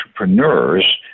entrepreneurs